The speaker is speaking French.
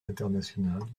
international